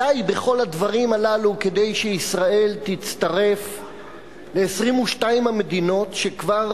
די בכל הדברים הללו כדי שישראל תצטרף ל-22 המדינות שכבר